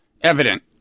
evident